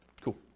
Cool